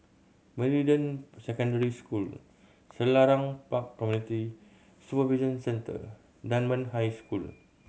Meridian Secondary School Selarang Park Community Supervision Centre Dunman High School